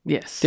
Yes